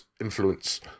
influence